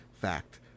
fact